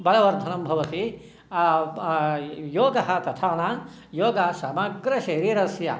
बलवर्धनं भवति योगः तथा न योगः समग्रशरीरस्य